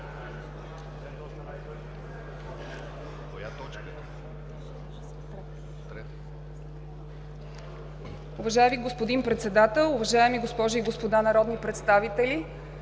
Уважаеми господин Председател, дами и господа народни представители!